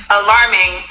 alarming